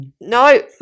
no